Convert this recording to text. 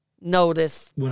notice